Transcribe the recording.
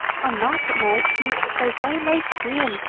on market nights he used to stay very late at the inn,